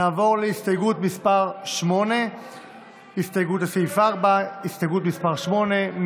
נעבור להצבעה על סעיף 3 כנוסח הוועדה.